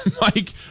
Mike